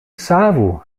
savu